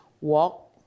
walk